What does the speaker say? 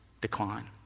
decline